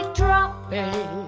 dropping